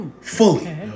fully